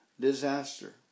disaster